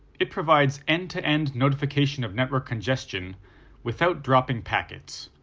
it provides end-to-end notification of network congestion without dropping packets.